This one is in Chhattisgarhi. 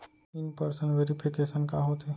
इन पर्सन वेरिफिकेशन का होथे?